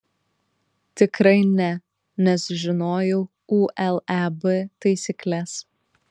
tikrai ne nes žinojau uleb taisykles